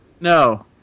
No